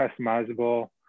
customizable